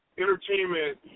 Entertainment